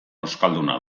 euskalduna